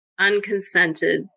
unconsented